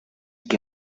que